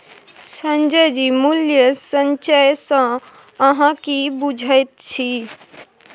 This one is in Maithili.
संजय जी मूल्य संचय सँ अहाँ की बुझैत छी?